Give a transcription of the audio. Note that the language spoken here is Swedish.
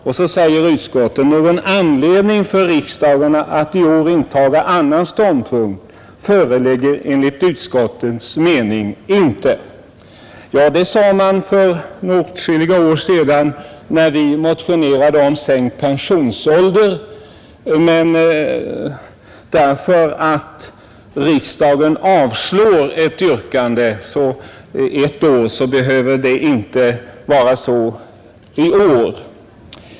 Och så säger utskottet: ”Någon anledning för riksdagen att i år intaga annan ståndpunkt föreligger enligt utskottets mening inte.” Ja, så sade man för åtskilliga år sedan när vi motionerade om sänkt pensionsålder. Men därför att riksdagen avslår ett yrkande ett år behöver det inte vara så i år.